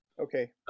Okay